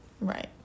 right